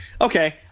Okay